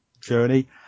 journey